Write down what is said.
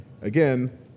Again